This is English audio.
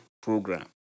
program